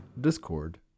Discord